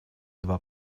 два